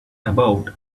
about